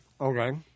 Okay